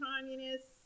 communists